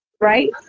right